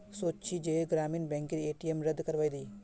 सोच छि जे ग्रामीण बैंकेर ए.टी.एम रद्द करवइ दी